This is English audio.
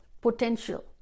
potential